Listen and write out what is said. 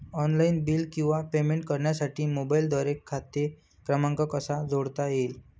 Online bill किंवा payment करण्यासाठी मोबाईलद्वारे खाते क्रमांक कसा जोडता येईल?